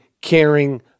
caring